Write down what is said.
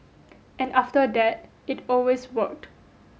and after that it always worked